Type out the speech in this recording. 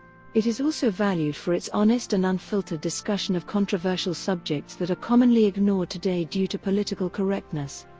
it is also valued for its honest and unfiltered discussion of controversial subjects that are commonly ignored today due to political correctness.